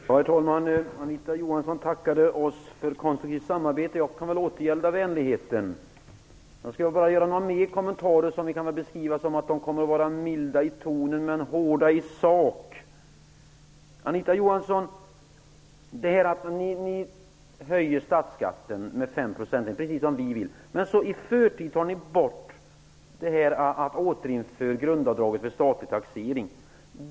Herr talman! Anita Johansson tackade oss för ett konstruktivt samarbete. Jag kan väl återgälda vänligheten. Jag skall bara göra ytterligare några kommentarer. De kommer att var milda i tonen men hårda i sak. precis som vi vill. Men sedan vill ni i förtid återinföra grundavdraget vid statlig taxering.